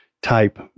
type